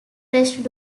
fresh